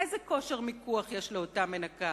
איזה כושר מיקוח יש לאותה מנקה?